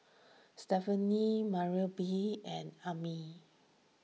Stefani Marybelle and Amya